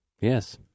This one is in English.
Yes